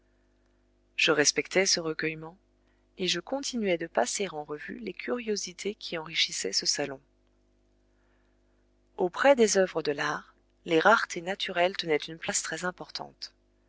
je respectai ce recueillement et je continuai de passer en revue les curiosités qui enrichissaient ce salon auprès des oeuvres de l'art les raretés naturelles tenaient une place très importante